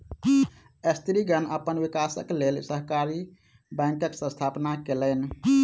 स्त्रीगण अपन विकासक लेल सहकारी बैंकक स्थापना केलैन